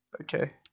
Okay